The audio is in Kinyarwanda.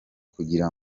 kugira